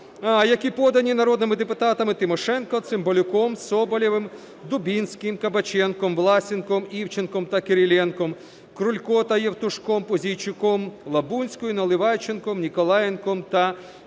які подані народними депутатами Тимошенко, Цимбалюком, Соболєвим, Дубінським, Кабаченком, Власенком, Івченком та Кириленком, Крульком та Євтушком, Пузійчуком, Лабунською, Наливайченком, Ніколаєнком та Южаніною,